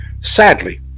Sadly